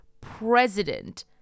president